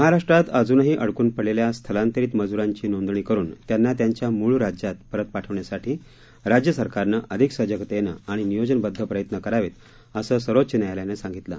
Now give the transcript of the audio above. महाराष्ट्रात अजूनही अडकून पडलेल्या स्थलांतरित मजूरांची नोंदणी करुन त्यांना त्यांच्या मूळ राज्यात परत पाठवण्यासाठी राज्य सरकारनं अधिक सजगतेनं आणि नियोजनबद्ध प्रयत्न करावेत असं सर्वोच्च न्यायालयानं सांगितलं